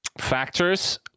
factors